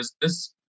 business